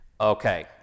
Okay